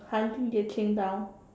hunting Yue-Qing down